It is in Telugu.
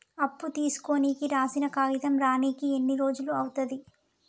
అప్పు తీసుకోనికి రాసిన కాగితం రానీకి ఎన్ని రోజులు అవుతది?